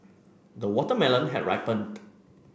the watermelon had ripened